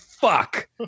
fuck